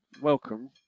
welcome